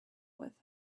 with